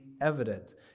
evident